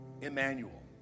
Emmanuel